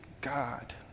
God